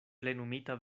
plenumita